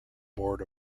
board